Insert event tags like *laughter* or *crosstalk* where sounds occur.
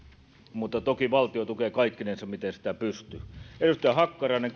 mutta toki valtio tukee kaikkinensa miten sitä pystyy edustaja hakkarainen *unintelligible*